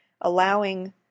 allowing